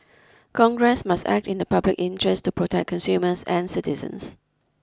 congress must act in the public interest to protect consumers and citizens